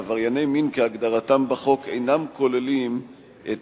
עברייני מין כהגדרתם בחוק אינם כוללים את